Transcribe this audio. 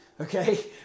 Okay